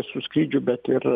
su skrydžiu bet ir